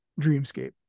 dreamscape